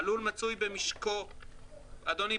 אדוני,